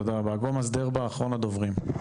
תודה רבה, אגומאס דרבה, אחרון הדוברים.